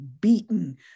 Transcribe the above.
beaten